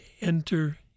enter